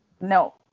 No